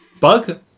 bug